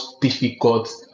difficult